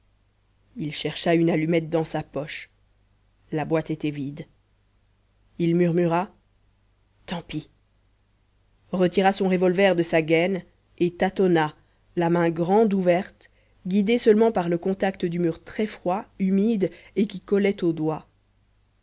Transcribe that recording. il chercha une allumette dans sa poche la boîte était vide il murmura tant pis retira son revolver de sa gaine et tâtonna la main grande ouverte guidé seulement par le contact du mur très froid humide et qui collait aux doigts